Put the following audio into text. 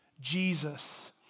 Jesus